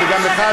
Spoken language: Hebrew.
גם לכם,